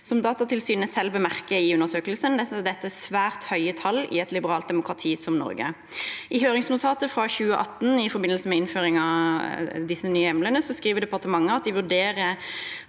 Som Datatilsynet selv bemerker i undersøkelsen, er dette svært høye tall i et liberalt demokrati som Norge. I høringsnotatet fra 2018, i forbindelse med innføringen av disse nye hjemlene, skriver departementet at de vurderer